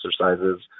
exercises